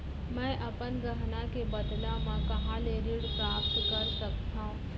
मै अपन गहना के बदला मा कहाँ ले ऋण प्राप्त कर सकत हव?